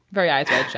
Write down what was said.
very nice